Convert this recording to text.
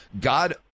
God